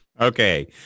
Okay